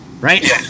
Right